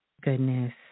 goodness